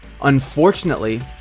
Unfortunately